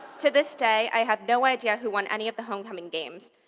to this day, i have no idea who won any of the homecoming games,